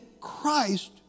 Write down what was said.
Christ